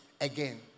again